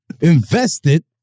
invested